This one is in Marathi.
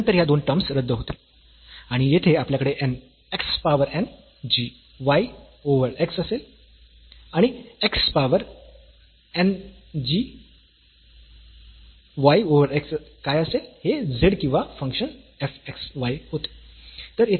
आणि नंतर ह्या दोन टर्म्स रद्द होतील आणि येथे आपल्याकडे n x power n g y over x असेल आणि x power n g y over x काय असेल हे z किंवा फंकशन f x y होते